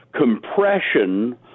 compression